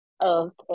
Okay